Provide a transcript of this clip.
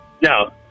No